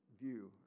view